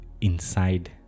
inside